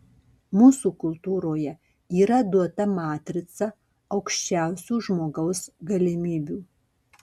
mūsų kultūroje yra duota matrica aukščiausių žmogaus galimybių